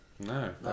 no